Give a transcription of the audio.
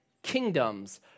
kingdoms